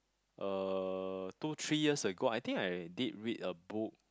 uh two three years ago I think I did read a book